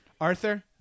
Arthur